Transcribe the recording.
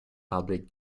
public